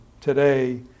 today